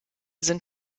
sind